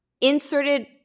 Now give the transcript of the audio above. inserted